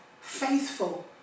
faithful